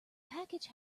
package